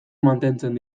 mantentzen